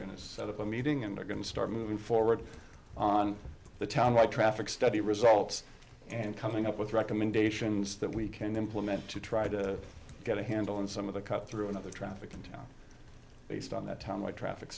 going to set up a meeting and they're going to start moving forward on the town wide traffic study results and coming up with recommendations that we can implement to try to get a handle on some of the cut through and other traffic in town based on that town like traffic